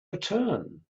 return